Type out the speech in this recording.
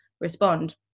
respond